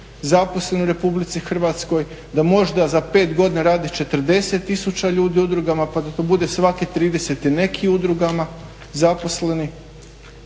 zaposleni u Republici Hrvatskoj da možda za 5 godina radi 40 tisuća ljudi u udrugama pa da to bude svaki 30 i neki u udrugama zaposleni.